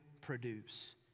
produce